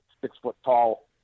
six-foot-tall